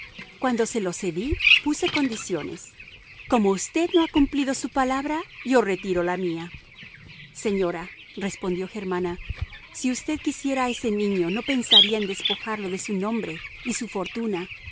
cuando se lo cedí puse condiciones como usted no ha cumplido su palabra yo retiro la mía señora respondió germana si usted quisiera a ese niño no pensaría en despojarlo de su nombre y su fortuna